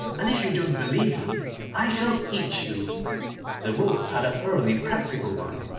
and if you don't believe me i shall eat you the wolf had a thoroughly practical mind,